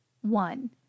One